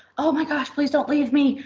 oh my gosh, please don't leave me.